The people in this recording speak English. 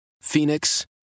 Phoenix